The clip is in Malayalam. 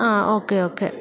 ആ ഓക്കെ ഓക്കെ